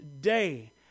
day